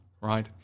right